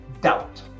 doubt